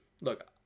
look